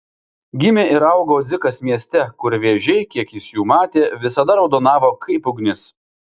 gimė ir augo dzikas mieste kur vėžiai kiek jis jų matė visada raudonavo kaip ugnis